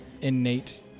innate